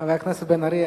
חבר הכנסת בן-ארי,